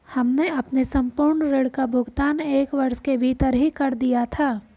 हमने अपने संपूर्ण ऋण का भुगतान एक वर्ष के भीतर ही कर दिया था